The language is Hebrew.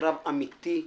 קרב אמיתי,